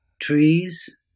trees